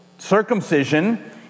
circumcision